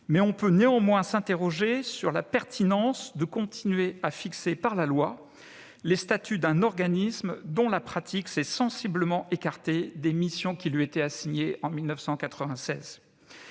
; on peut néanmoins se demander s'il est pertinent de continuer à fixer dans la loi les statuts d'un organisme dont la pratique s'est sensiblement écartée des missions qui lui avaient été assignées en 1996.